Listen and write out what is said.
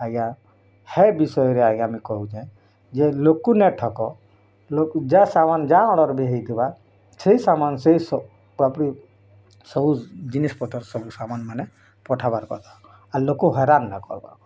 ଆଜ୍ଞା ହେ ବିଷୟରେ ଆଜ୍ଞା ଆମେ କହୁଛେ ଯେ ଲୋକ ନା ଠକ ଯା ସାମାନ୍ ଯା ଅର୍ଡ଼ର୍ ବି ହେଇଥିବା ସେଇ ସାମାନ୍ ସେ ସବୁ ସବୁ ଜିନିଷ୍ ପତ୍ର ସାମନ୍ ମାନେ ପଠାବାର୍ କଥା ଲୋକ ହଇରାଣ ନ କର୍ବା କଥା